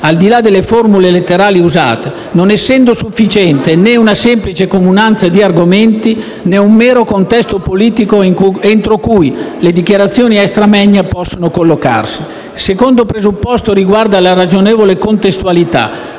al di là delle formule letterali usate, non essendo sufficiente né una semplice comunanza di argomenti né un mero contesto politico entro cui le dichiarazioni *extra moenia* possono collocarsi. Il secondo presupposto riguarda la ragionevole contestualità,